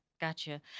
Gotcha